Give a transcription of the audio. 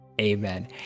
Amen